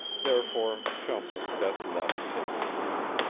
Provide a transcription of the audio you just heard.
therefore chum was best left safe at home.